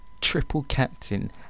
triple-captain